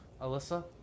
Alyssa